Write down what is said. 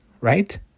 right